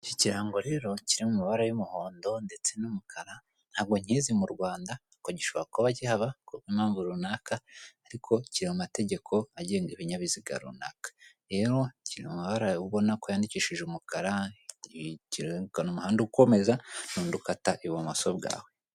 Iki kirango rero kiri mu mabara y'umuhondo ndetse n'umukara, ntabwo nyizi mu Rwanda, ariko gishobora kuba kihaba kubwo impamvu runaka, ariko kiri mu mumategeko agenga ibinyabiziga runaka. Rero kiri mumamabara ubona ko yandikishije umukara kerekana umuhanda ukomeza n'undi ukata ibumoso bwawe.